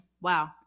Wow